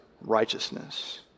righteousness